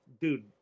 dude